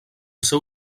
seu